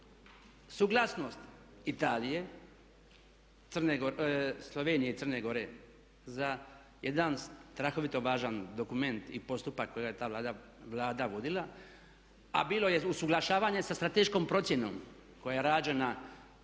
suglasnost Italije, Slovenije i Crne Gore za jedan strahovito važan dokument i postupak kojega je ta Vlada vodila, a bilo je usuglašavanje sa strateškom procjenom koja je rađena